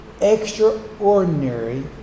extraordinary